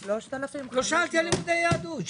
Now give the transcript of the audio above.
לא שאלתי על לימודי יהדות.